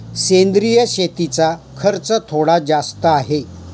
सेंद्रिय शेतीचा खर्च थोडा जास्त आहे